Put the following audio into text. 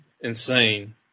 insane